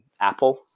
Apple